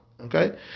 Okay